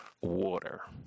water